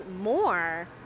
more